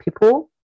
people